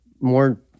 More